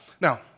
Now